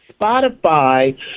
Spotify